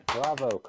Bravo